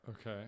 Okay